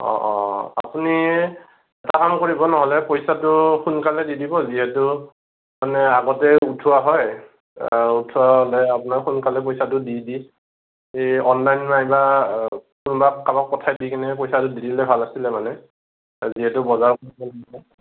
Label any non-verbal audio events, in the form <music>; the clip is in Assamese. অ' অ' আপুনি এটা কাম কৰিব নহ'লে পইচাটো সোনকালে দি দিব যিহেতু মানে আগতে উঠোৱা হয় আও উঠোৱা হ'লে আপোনাৰ সোনকালে পইচাটো দি দি অনলাইন নাইবা কোনবাক কাবাক পঠাই দিকেনে পইচাটো দি দিলে ভাল আছিল মানে যিহেতু বজাৰ <unintelligible>